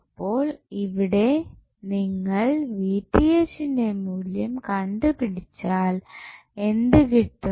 അപ്പോൾ ഇവിടെ നിങ്ങൾന്റെ മൂല്യം കണ്ടുപിടിച്ചാൽ എന്തു കിട്ടും